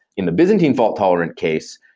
in the byzantine fault-tolerant case,